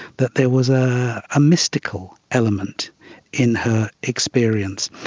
that there was a ah mystical element in her experience.